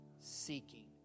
Seeking